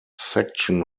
section